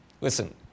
Listen